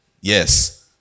Yes